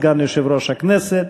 סגן יושב-ראש הכנסת.